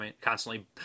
constantly